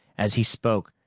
as he spoke,